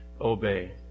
obey